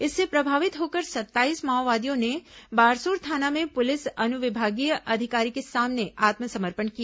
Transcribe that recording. इससे प्रभावित होकर सत्ताईस माओवादियों ने बारसूर थाना में पुलिस अनुविभागीय अधिकारी के सामने आत्मसमर्पण किया